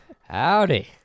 howdy